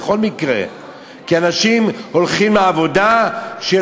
בדרך כלל נותנים שם לחולה כשהוא נמצא בסכנה,